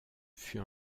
fut